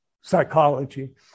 psychology